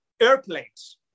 airplanes